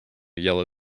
yellow